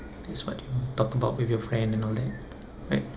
that's what you talk about with your friend and all that right